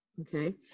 okay